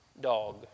dog